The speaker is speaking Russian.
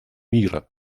мира